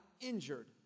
injured